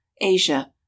asia